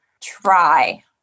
try